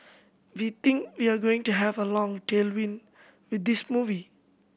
we think we are going to have a long tailwind with this movie